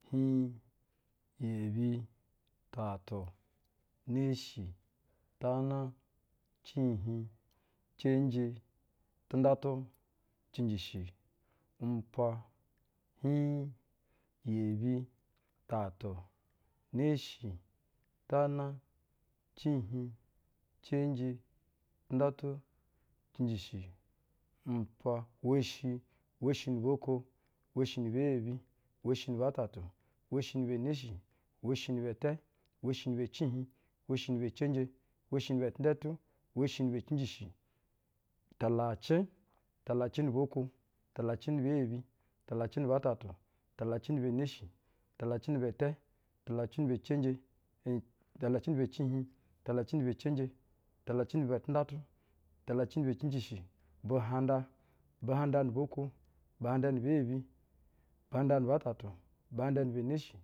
Hiiŋ, yebi, tatu, neshi, tana, ciihiŋ cenje, tɛŋdatu, cinjishi umpwa- hiiŋ, yebi, tatu, neshi, tana ciihiŋ, cenje, tɛŋdatu, cinjishi, umpwa woshi. Woshi-no-boo-ko, woshi-ni-bɛ-iyebi, woshi-ni-bɛ-itɛtu, woshi-ni-bɛ-ineshi woshi-ni-bɛ-tɛ, woshi-ni-bɛ-ciihiŋ, woshi-ni-bɛ-cenje, woshi-ni-bɛ-tɛŋdɛtu, woshi-ni-bɛ-ciinjishi talacɛ. Talacɛ-n-bɛ-itɛtu, talacɛ-ni-bɛp-neshi, talace-ni-bɛ-tɛ, talacɛ-ni-bɛ cenje, en, talacɛ-n-bɛ-ciihiŋ, talacɛ-ni-bɛ-cenje, talacɛ-ni-bɛ-tɛndɛtu, talacɛ ni-bɛ-cinjishi, buhaŋda. Buhaŋda-ni-bɛ-boo-ko, buhaŋda-ni-bɛ-iyebi, buhaŋda-ni-bɛ-it buhaŋda-ni-bɛ-itɛtu, buhaŋda-ni-bɛ-neshi.